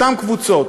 אותן קבוצות.